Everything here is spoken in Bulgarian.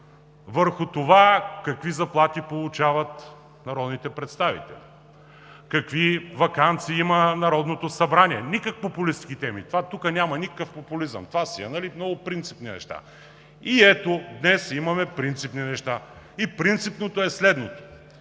върху това какви заплати получават народните представители, какви ваканции има Народното събрание. Никакви популистки теми – в това тук няма никакъв популизъм, това са много принципни неща. Ето днес имаме принципни неща. Принципното е следното: